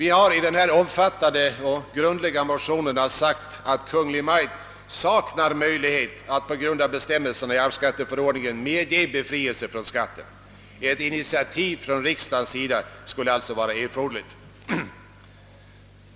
I vår omfattande och grundliga motion har sagts att Kungl. Maj:t på grund av bestämmelserna i arvsskatteförordningen saknar möjlighet medge befrielse från skatten. Ett initiativ från riksdagens sida skulle alltså vara erforderligt.